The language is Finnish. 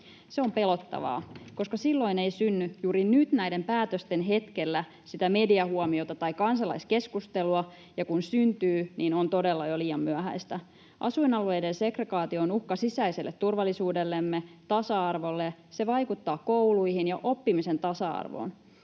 Se on pelottavaa, koska silloin ei synny juuri nyt näiden päätösten hetkellä mediahuomiota tai kansalaiskeskustelua ja kun syntyy, niin on todella jo liian myöhäistä. Asuinalueiden segregaatio on uhka sisäiselle turvallisuudellemme, tasa-arvolle, se vaikuttaa kouluihin ja oppimisen tasa-arvoon.